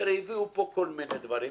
הביאו פה כל מיני דברים,